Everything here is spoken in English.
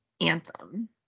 anthem